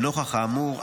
לנוכח האמור,